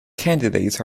candidates